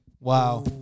Wow